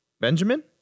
Benjamin